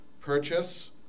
purchase